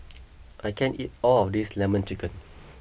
I can't eat all of this Lemon Chicken